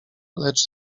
lecz